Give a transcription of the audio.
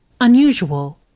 unusual